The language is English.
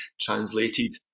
translated